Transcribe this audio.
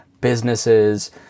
businesses